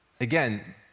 Again